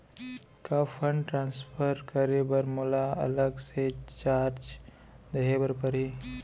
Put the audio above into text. का fund transfer करे बर मोला अलग से चार्ज देहे बर परही?